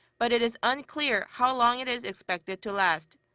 but it is unclear how long it is expected to last.